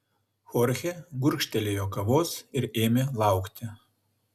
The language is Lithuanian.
chorchė gurkštelėjo kavos ir ėmė laukti